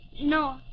No